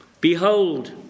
Behold